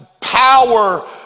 power